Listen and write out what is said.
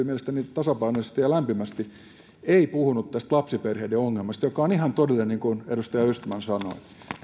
mielestäni tasapainoisesti ja lämpimästi ei puhunut lapsiperheiden ongelmasta joka on ihan todellinen niin kuin edustaja östman sanoi